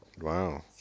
Wow